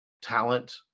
talent